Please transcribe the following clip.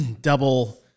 double